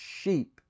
sheep